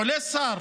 עולה שר